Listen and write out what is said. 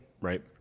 Right